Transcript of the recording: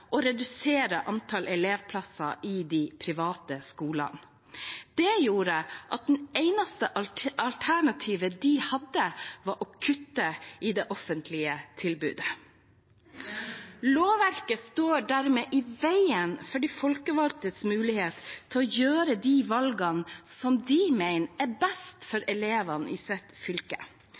å redusere antall elevplasser i de private skolene. Det gjorde at det eneste alternativet de hadde, var å kutte i det offentlige tilbudet. Lovverket står dermed i veien for de folkevalgtes mulighet til å gjøre de valgene som de mener er best for elevene i sitt fylke.